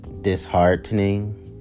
disheartening